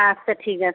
আচ্ছা ঠিক আছে